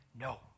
no